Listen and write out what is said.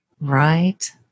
Right